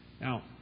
Now